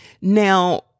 Now